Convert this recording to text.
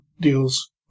deals